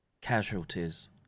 casualties